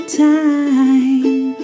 time